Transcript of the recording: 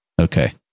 Okay